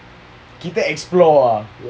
kita explore ah